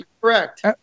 Correct